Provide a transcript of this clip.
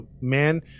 man